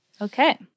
Okay